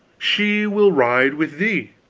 she will ride with thee.